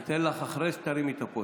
אני אתן לך אחרי שתרימי את הפודיום.